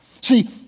See